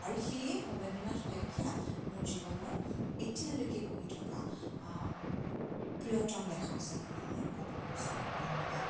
আৰু সেয়ে ভৱেন্দ্ৰনাথ শইকীয়া মোৰ জীৱনৰ এতিয়ালৈকে পঢ়ি থকা আ প্ৰিয়তম লেখকজন বুলি মই ক'ব খোজোঁ ধন্যবাদ